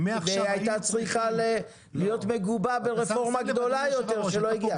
היא הייתה צריכה להיות מגובה ברפורמה גדולה יותר שלא הגיעה.